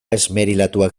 esmerilatuak